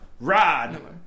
Rod